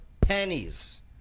pennies